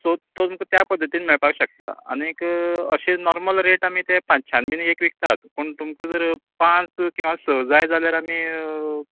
so तुमका त्या पद्धतीन मेळपाक शकता आनीक नॉर्मल रेट आमी ते पांछान बी एक विकतात पूण तुमका जर पांच किंवा स जाल्यार आमी